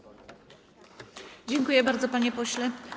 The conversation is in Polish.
Dziękuję bardzo, panie pośle.